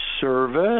service